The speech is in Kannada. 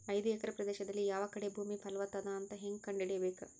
ಐದು ಎಕರೆ ಪ್ರದೇಶದಲ್ಲಿ ಯಾವ ಕಡೆ ಭೂಮಿ ಫಲವತ ಅದ ಅಂತ ಹೇಂಗ ಕಂಡ ಹಿಡಿಯಬೇಕು?